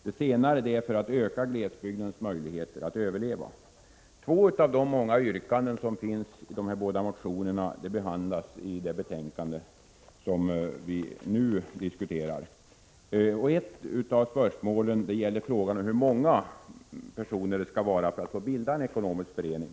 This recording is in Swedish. Det senare är för att öka glesbygdens möjligheter att överleva. Två av de många yrkandena i de båda motionerna behandlas i det betänkande vi nu diskuterar. Ett av spörsmålen är frågan om hur många personer det skall vara för att man skall få bilda en ekonomisk förening.